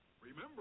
Remember